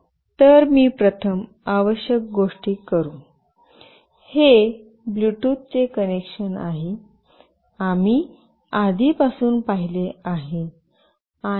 हे ब्लूटूथ चे कनेक्शन आहे आम्ही आधीपासून पाहिले आहे